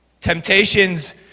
Temptations